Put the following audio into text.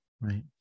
Right